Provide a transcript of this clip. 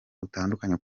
butandukanye